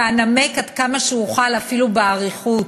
ואנמק עד כמה שאוכל, אפילו באריכות,